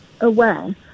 aware